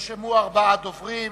ארבעה דוברים: